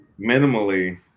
minimally